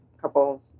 couple